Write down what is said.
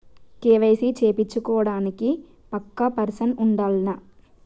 KYC చేపిచ్చుకోవడానికి పక్కా person ఉండాల్నా?